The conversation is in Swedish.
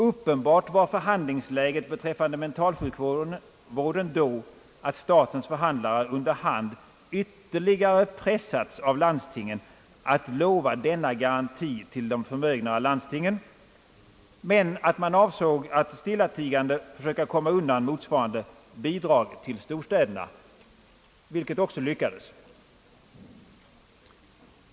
Uppenbart var förhandlingsläget beträffande mentalsjukvården då, att statens förhandlare under hand ytterligare pressats av landstingen att lova denna garanti till de förmögnare landstingen men att man avsåg att stillatigande försöka komma undan motsvarande bidrag till storstäderna, vilket också lyckades.